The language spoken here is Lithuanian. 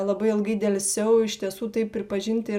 labai ilgai delsiau iš tiesų tai pripažinti